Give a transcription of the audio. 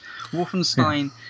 Wolfenstein